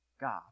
God